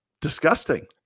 disgusting